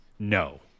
No